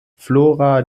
flora